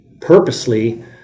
purposely